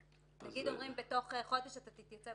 נגיד שאומרים לו שבתוך חודש הוא יתייצב